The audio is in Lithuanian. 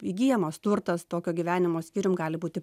įgyjamas turtas tokio gyvenimo skyrium gali būti